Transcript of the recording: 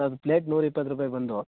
ಅದು ಪ್ಲೇಟ್ ನೂರಾ ಇಪ್ಪತ್ತು ರೂಪಾಯಿ ಬಂದು